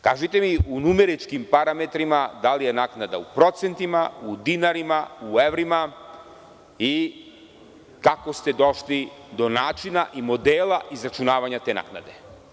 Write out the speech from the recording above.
Kažite mi u numeričkim parametrima da li je naknada u procentima, u dinarima, u evrima i kako ste došli do načina i modela izračunavanja te naknade?